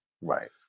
Right